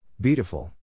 Beautiful